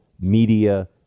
media